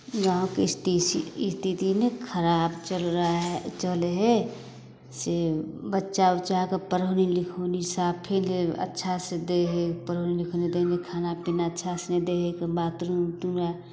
गाँवके इस्तीसी स्थिति ने खराब चल रहा है चलै हइ से बच्चा उच्चाकेँ पढ़ौली लिखौली साफे जे अच्छासँ दै हइ पढ़ौली लिखौली ताहिमे खाना पीना अच्छासँ नहि दै हइ बाथरूम पूरा